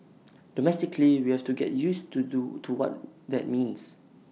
domestically we have to get used to do to what that means